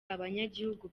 abanyagihugu